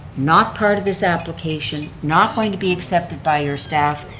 not part of this application, not going to be accepted by your staff,